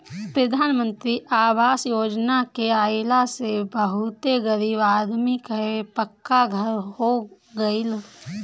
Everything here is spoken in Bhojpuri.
प्रधान मंत्री आवास योजना के आइला से बहुते गरीब आदमी कअ पक्का घर हो गइल